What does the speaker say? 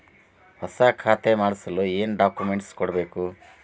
ಹೊಸ ಖಾತೆ ಮಾಡಿಸಲು ಏನು ಡಾಕುಮೆಂಟ್ಸ್ ಕೊಡಬೇಕು?